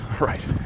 Right